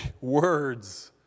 words